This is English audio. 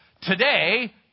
Today